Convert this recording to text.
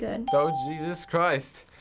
and oh, jesus christ.